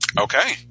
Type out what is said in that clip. Okay